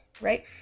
right